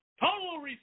total